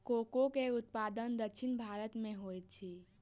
cocoa के उत्पादन दक्षिण भारत में होइत अछि